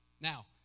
Now